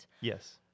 Yes